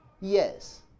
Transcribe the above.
Yes